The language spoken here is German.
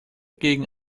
gegen